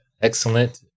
Excellent